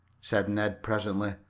said ned, presently.